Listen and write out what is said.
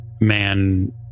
man